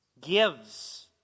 gives